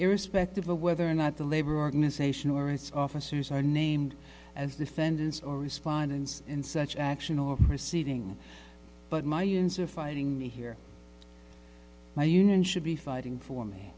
irrespective of whether or not the labor organization or its officers are named as defendants or respondents in such action or proceeding but my humans are fighting me here my union should be fighting for me